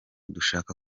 dushaka